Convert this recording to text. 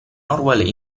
orwell